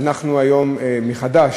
ואנחנו היום, מחדש,